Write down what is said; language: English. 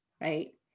right